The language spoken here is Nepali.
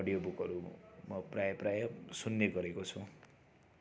अडियो बुकहरू म प्रायः प्रायः सुन्ने गरेको छु